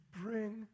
bring